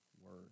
word